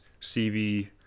CV